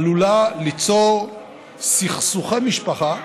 עלולה ליצור סכסוכי משפחה,